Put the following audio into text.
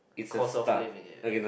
cost of living